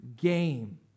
game